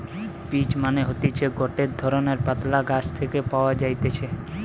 peach মানে হতিছে গটে ধরণের পাতলা গাছ থেকে পাওয়া যাইতেছে